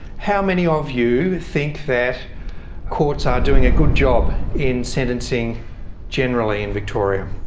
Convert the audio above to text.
how many of you think that courts are doing a good job in sentencing generally in victoria?